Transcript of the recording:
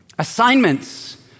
assignments